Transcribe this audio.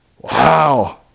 Wow